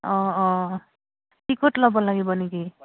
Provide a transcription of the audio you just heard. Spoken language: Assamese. অঁ অঁ টিকট ল'ব লাগিব নেকি